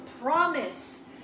promise